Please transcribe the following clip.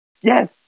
Yes